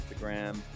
Instagram